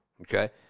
Okay